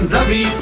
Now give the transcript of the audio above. Ravi